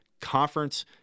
Conference